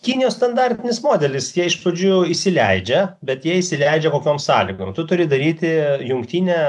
kinijos standartinis modelis jie iš pradžių įsileidžia bet jie įsileidžia kokiom sąlygom tu turi daryti jungtinę